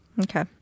Okay